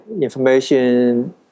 information